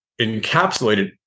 encapsulated